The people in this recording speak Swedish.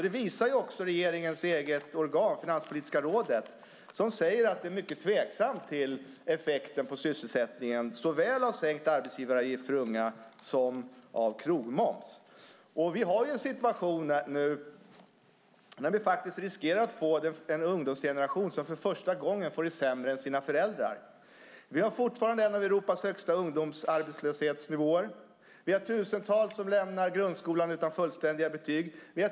Det visar också regeringens eget organ, Finanspolitiska rådet, som säger att man är mycket tveksam till vilken effekt sänkt arbetsgivaravgift för unga och sänkt krogmoms har på sysselsättningen. Nu riskerar vi faktiskt att för första gången få en ungdomsgeneration som får det sämre än sina föräldrar. Vi har fortfarande en av Europas högsta ungdomsarbetslöshetsnivåer. Tusentals ungdomar lämnar grundskolan utan fullständiga betyg.